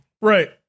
right